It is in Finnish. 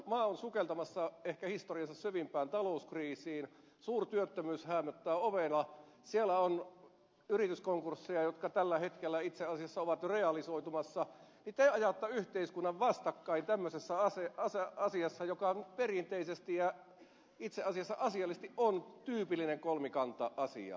maa on sukeltamassa ehkä historiansa syvimpään talouskriisiin suurtyöttömyys häämöttää ovella siellä on yrityskonkursseja jotka tällä hetkellä itse asiassa ovat jo realisoitumassa ja te ajatte yhteiskunnan vastakkain tämmöisessä asiassa joka on perinteisesti ja itse asiassa asiallisesti tyypillinen kolmikanta asia